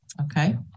Okay